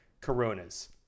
Corona's